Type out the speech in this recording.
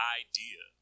idea